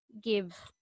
give